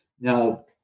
Now